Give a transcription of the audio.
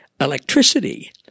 Electricity